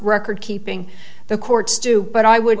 record keeping the courts do but i would